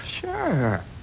Sure